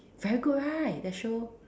very good right that show